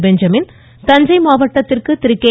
Benjamin Thanjai மாவட்டத்திற்கு K